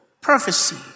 prophecy